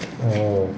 oh